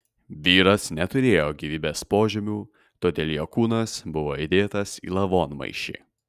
vyras neturėjo gyvybės požymių todėl jo kūnas buvo įdėtas į lavonmaišį